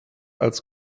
als